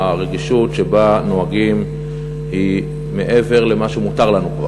הרגישות שבה נוהגים היא כבר מעבר למה שמותר לנו.